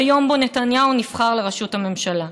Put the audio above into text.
ביום שבו נתניהו נבחר לראשות הממשלה.